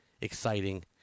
exciting